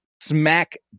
smack